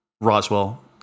Roswell